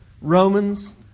Romans